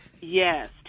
Yes